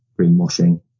greenwashing